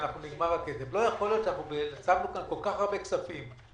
הקצינו כאן כל כך הרבה כספים,